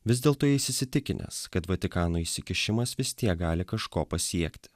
vis dėlto jis įsitikinęs kad vatikano įsikišimas vis tiek gali kažko pasiekti